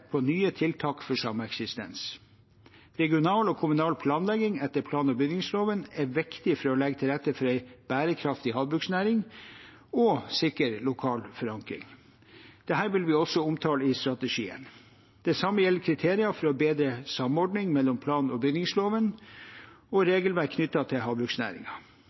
på nye tiltak for sameksistens. Regional og kommunal planlegging etter plan- og bygningsloven er viktig for å legge til rette for en bærekraftig havbruksnæring og for å sikre lokal forankring, og dette vil vi også omtale i strategien. Det samme gjelder kriterier for å bedre samordning mellom plan- og bygningsloven og regelverk knyttet til